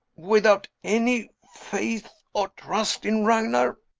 without any faith or trust in ragnar?